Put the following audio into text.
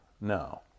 No